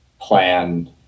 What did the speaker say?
plan